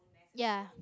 ya